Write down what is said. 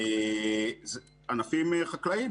אלה ענפים חקלאיים,